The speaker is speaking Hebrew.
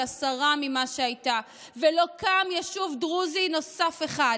עשרה ממה שהייתה ולא קם יישוב דרוזי נוסף אחד,